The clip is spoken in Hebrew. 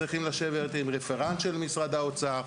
צריך לשבת עם רפרנט של משרד האוצר,